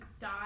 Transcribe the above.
die